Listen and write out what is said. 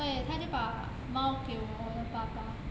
所以他就把猫给我的爸爸